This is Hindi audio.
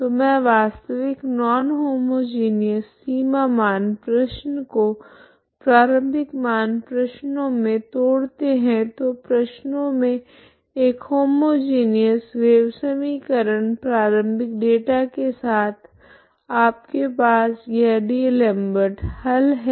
तो मैं वास्तविक नॉन होमोजिनिऔस सीमा मान प्रश्न को प्रारम्भिक मान प्रश्नों मे तोड़ते है दो प्रश्नो मे एक होमोजिनिऔस वेव समीकरण प्रारम्भिक डेटा के साथ आपके पास यह डी'एलमबर्ट हल है